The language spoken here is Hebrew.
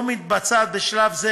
לא מתבצעת בשלב זה,